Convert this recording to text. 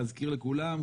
להזכיר לכולם,